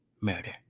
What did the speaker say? Murder